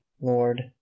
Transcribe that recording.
Lord